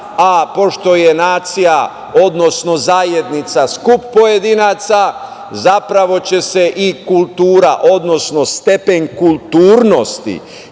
a pošto je nacija, odnosno zajednica skup pojedinaca, zapravo će se i kultura, odnosno stepen kulturnosti